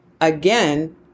Again